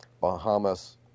Bahamas